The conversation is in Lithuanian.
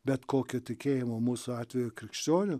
bet kokio tikėjimo mūsų atveju krikščionių